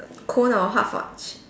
cone or hot fudge